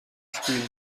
spielen